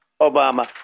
Obama